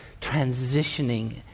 transitioning